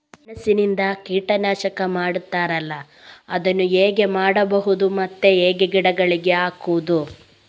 ಮೆಣಸಿನಿಂದ ಕೀಟನಾಶಕ ಮಾಡ್ತಾರಲ್ಲ, ಅದನ್ನು ಹೇಗೆ ಮಾಡಬಹುದು ಮತ್ತೆ ಹೇಗೆ ಗಿಡಗಳಿಗೆ ಹಾಕುವುದು?